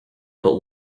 but